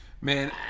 Man